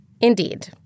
Indeed